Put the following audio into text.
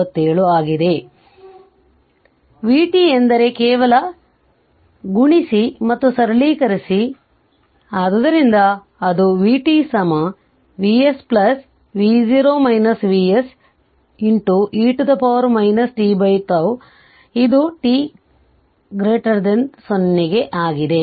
ಆದ್ದರಿಂದ ಅಥವಾ vt ಎಂದರೆ ಕೇವಲ ಗುಣಿಸಿ ಮತ್ತು ಸರಳೀಕರಿಸಿ ಆದ್ದರಿಂದ ಅದು v Vs e tτ ಇದು t0 ಕ್ಕೆ ಆಗಿದೆ